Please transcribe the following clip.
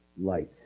light